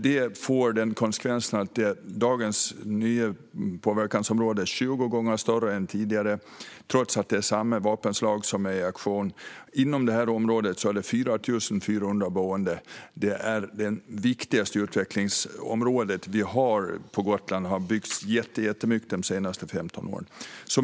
Det får som konsekvens att det nya påverkansområdet blir 20 gånger större än det tidigare, trots att det är samma vapenslag som är i aktion. Inom området är det 4 400 boende. Det är det viktigaste utvecklingsområdet vi har på Gotland. Det har byggts jättemycket där de senaste 15 åren.